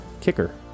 kicker